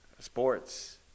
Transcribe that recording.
Sports